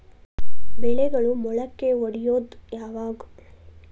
ಬೆಳೆಗಳು ಮೊಳಕೆ ಒಡಿಯೋದ್ ಯಾವಾಗ್?